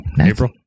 april